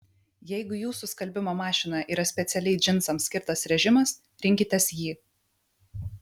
jeigu jūsų skalbimo mašinoje yra specialiai džinsams skirtas režimas rinkitės jį